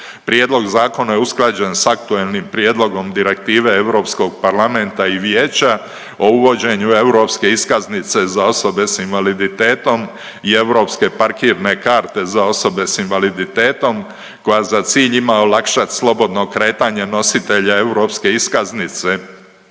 Prijedlog zakona je usklađen s aktualnim prijedlogom Direktive Europskog parlamenta i vijeća o uvođenju europske iskaznice za osobe s invaliditetom i europske parkirne karte za osobe s invaliditetom koja za cilj ima olakšati slobodno kretanje nositelja europske iskaznice